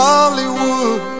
Hollywood